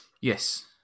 Yes